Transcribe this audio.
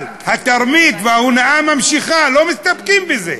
אבל התרמית וההונאה ממשיכות, לא מסתפקים בזה.